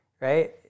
right